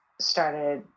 started